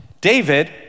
David